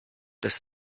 this